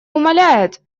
умаляет